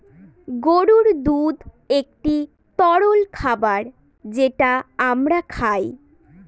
গরুর দুধ একটি তরল খাবার যেটা আমরা খায়